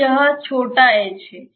तो यह h है